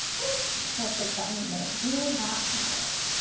oops! we'll fix that in a minute, do not panic!